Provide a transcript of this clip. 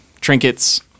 trinkets